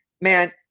man